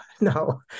no